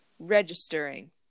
registering